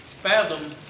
fathom